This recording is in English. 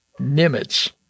Nimitz